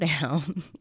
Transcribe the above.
down